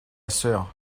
sœur